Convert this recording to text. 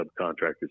subcontractors